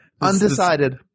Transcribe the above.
Undecided